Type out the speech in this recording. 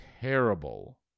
terrible